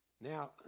Now